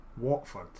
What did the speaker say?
Watford